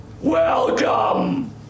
Welcome